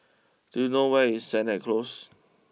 do you know where is Sennett close